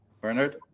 Bernard